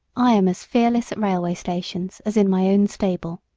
i am as fearless at railway stations as in my own stable.